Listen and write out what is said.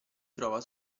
trova